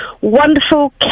wonderful